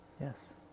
Yes